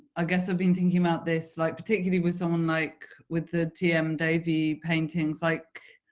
i guess i've been thinking about this like particularly with someone like with the tm davy paintings, like